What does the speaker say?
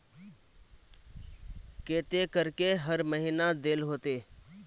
केते करके हर महीना देल होते?